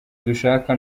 dushaka